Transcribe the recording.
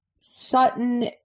Sutton